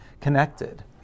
connected